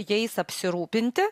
jais apsirūpinti